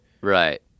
right